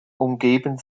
umgeben